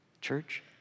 church